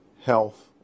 health